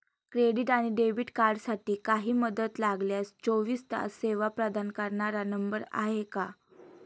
Credit आणि debit कार्डसाठी काही मदत लागल्यास चोवीस तास सेवा प्रदान करणारा नंबर आहे का?